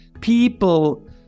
people